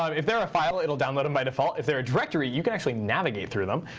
um if they're a file, it'll download them by default. if they're a directory, you can actually navigate through them.